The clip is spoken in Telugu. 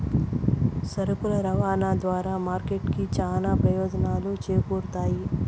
సరుకుల రవాణా ద్వారా మార్కెట్ కి చానా ప్రయోజనాలు చేకూరుతాయి